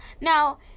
now